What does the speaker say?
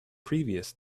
previous